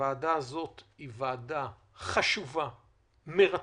שהוועדה הזאת היא ועדה חשובה, מרתקת.